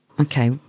Okay